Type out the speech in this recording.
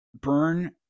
burn